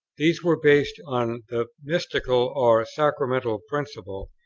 these were based on the mystical or sacramental principle,